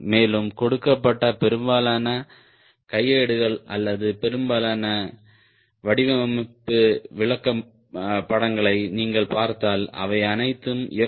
மேலும் கொடுக்கப்பட்ட பெரும்பாலான கையேடுகள் அல்லது பெரும்பாலான வடிவமைப்பு விளக்கப்படங்களை நீங்கள் பார்த்தால் அவை அனைத்தும் எஃப்